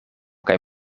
kaj